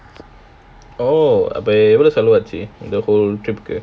oh அப்பா எவளோ செலவாகி:appa ewalo slavaachi the whole trip கு:ku